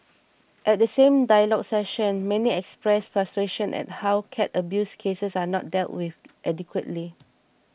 at the same dialogue session many expressed frustration at how cat abuse cases are not dealt with adequately